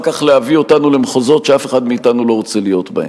כך להביא אותנו למחוזות שאף אחד מאתנו לא רוצה להיות בהם.